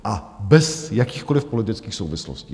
A bez jakýchkoliv politických souvislostí.